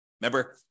Remember